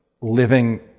living